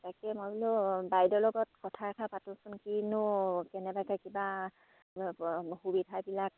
তাকে মই বোলোঁ বাইদেউৰ লগত কথা এষাৰ পাতোচোন কিনো কেনেবাকৈ কিবা সুবিধাবিলাক